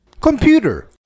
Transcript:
Computer